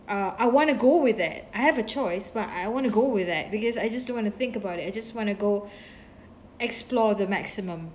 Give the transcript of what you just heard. uh I want to go with that I have a choice but I want to go with that because I just don't want to think about it I just want to go explore the maximum